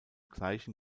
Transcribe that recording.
gleichen